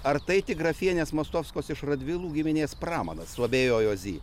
ar tai tik grafienės mostovskos iš radvilų giminės pramanas suabejojo zy